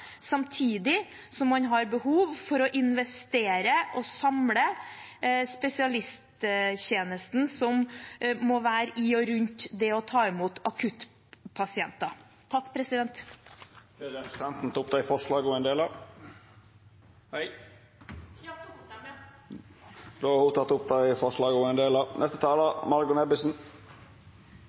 samtidig som man har behov for å investere og samle spesialisttjenesten som må være i og rundt det å ta imot akuttpasienter. Vil representanten ta opp det forslaget Arbeidarpartiet er ein del av? Ja, jeg tar opp forslaget. Då har representanten Ingvild Kjerkol teke opp forslaget frå Arbeidarpartiet og Senterpartiet. Nå er vi snart i sluttfasen av